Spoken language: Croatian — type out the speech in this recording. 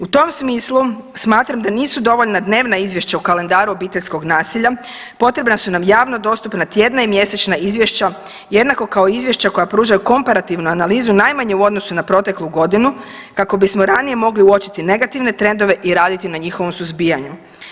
U tom smislu smatram da nisu dovoljna dnevna izvješća u kalendaru obiteljskog nasilja, potrebna su nam javno dostupna tjedna i mjesečna izvješća jednako kao izvješća koja pružaju komparativnu analizu najmanje u odnosu na proteklu godinu kako bismo ranije mogli uočiti negativne trendove i raditi na njihovom suzbijanju.